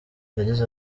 yagize